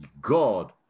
God